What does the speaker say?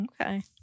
Okay